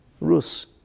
Rus